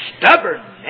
stubbornness